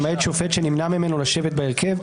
למעט שופט שנמנע ממנו לשבת בהרכב,